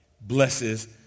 blesses